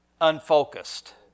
unfocused